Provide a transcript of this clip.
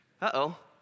Uh-oh